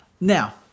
Now